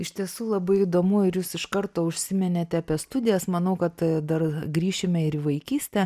iš tiesų labai įdomu ir jūs iš karto užsiminėte apie studijas manau kad dar grįšime ir į vaikystę